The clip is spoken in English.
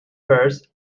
pears